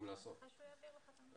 קבור הכלב.